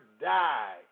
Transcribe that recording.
die